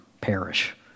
perish